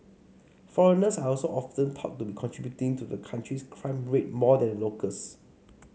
foreigners are also often thought to be contributing to the country's crime rate more than locals